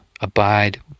abide